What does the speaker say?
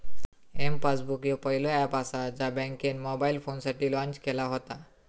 M passbook ह्यो पहिलो app असा ज्या बँकेन मोबाईल फोनसाठी लॉन्च केला व्हता